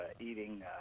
eating